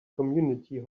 community